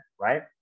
right